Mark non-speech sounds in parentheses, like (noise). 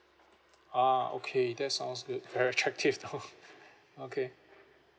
ah okay that sounds good (laughs) very attractive now okay